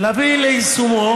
להביא ליישום,